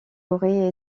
aurait